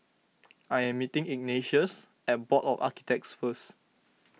I am meeting Ignatius at Board of Architects first